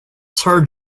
sir